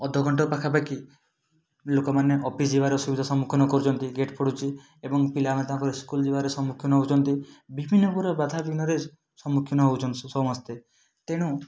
ଅଧଘଣ୍ଟ ପାଖାପାଖି ଲୋକମାନେ ଅଫିସ ଯିବାର ଅସୁବିଧା ସମ୍ମୁଖିନ କରୁଛନ୍ତି ଗେଟ ପଡ଼ୁଛି ଏବଂ ପିଲାମାନେ ତାଙ୍କର ସ୍କୁଲ ଯିବାରେ ଅସୁବିଧା ସମ୍ମୁଖିନ ହେଉଛନ୍ତି ବିଭିନ୍ନ ପ୍ରକାର ବାଧା ବିଘ୍ନରେ ସମ୍ମୁଖିନ ହେଉଛନ୍ତି ସେ ସମସ୍ତେ ତେଣୁ